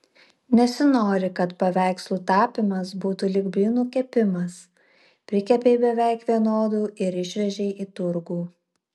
nesinori kad paveikslų tapymas būtų lyg blynų kepimas prikepei beveik vienodų ir išvežei į turgų